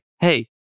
hey